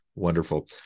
Wonderful